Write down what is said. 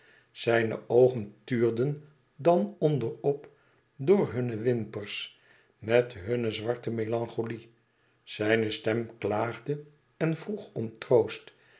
zijne oogen tuurden dan onder op door hunne wimpers met hunne zwarte melancholie zijne stem klaagde en vroeg om troost